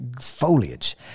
foliage